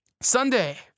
Sunday